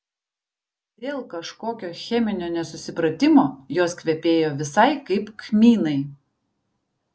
dėl kažkokio cheminio nesusipratimo jos kvepėjo visai kaip kmynai